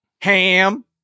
ham